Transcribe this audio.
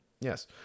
yes